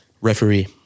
Referee